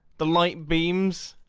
the light beams.